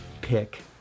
pick